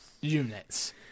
units